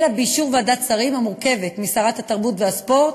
אלא באישור ועדת שרים המורכבת משרת התרבות והספורט,